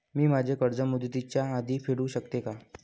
मी माझे कर्ज मुदतीच्या आधी फेडू शकते का?